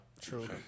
True